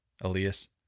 Elias